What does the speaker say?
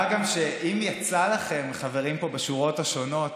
מה גם שאם יצא לכם, חברים פה בשורות השונות,